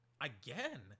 Again